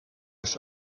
ist